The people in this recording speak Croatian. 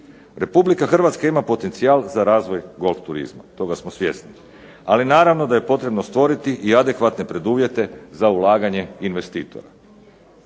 Republika Hrvatska ima potencijal za razvoj golf turizma, toga smo svjesni. Ali naravno da je potrebno stvoriti i adekvatne preduvjete za ulaganje investitora.